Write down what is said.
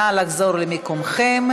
נא לחזור למקומכם.